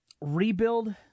Rebuild